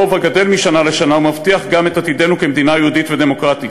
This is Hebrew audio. רוב הגדל משנה לשנה ומבטיח גם את עתידנו כמדינה יהודית ודמוקרטית.